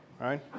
right